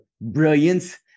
brilliance